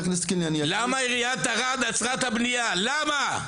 למה עיריית ערד עצרה את הבנייה, למה?